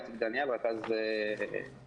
איציק דניאל רכז תעסוקה,